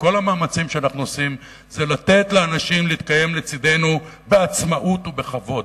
כל המאמצים שאנחנו עושים זה לתת לאנשים להתקיים לצדנו בעצמאות ובכבוד.